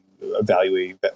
evaluate